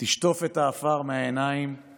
"תשטוף את העפר מהעיניים /